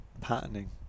patterning